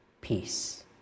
peace